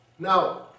Now